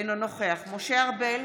אינו נוכח משה ארבל,